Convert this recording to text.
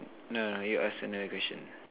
no no you ask another question